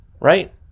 right